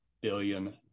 billion